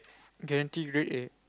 guarantee grade A